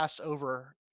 over